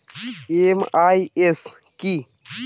MIS কি?